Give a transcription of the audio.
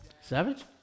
Savage